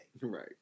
Right